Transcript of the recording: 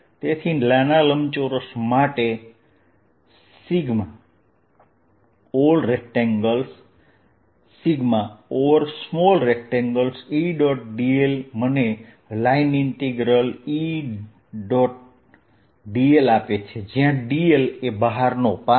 તેથી નાના લંબચોરસ માટે All Rectangles Over small RectangleEdl મને Edl આપે છે જયાં dl એ બહારનો પાથ છે